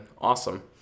awesome